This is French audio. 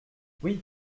oui